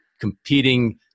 competing